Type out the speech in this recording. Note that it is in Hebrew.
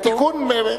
בתיקון.